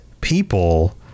people